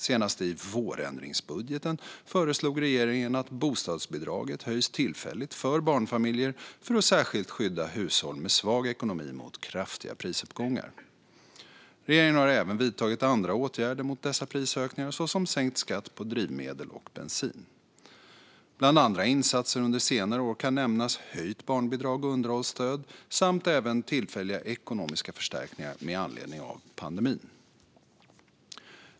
Senast i vårändringsbudgeten föreslog regeringen att bostadsbidraget höjs tillfälligt för barnfamiljer för att särskilt skydda hushåll med svag ekonomi mot kraftiga prisuppgångar. Regeringen har även vidtagit andra åtgärder mot dessa prisökningar, såsom sänkt skatt på drivmedel och bensin. Bland andra insatser under senare år kan nämnas höjt barnbidrag och underhållsstöd samt även tillfälliga ekonomiska förstärkningar med anledning av pandemin.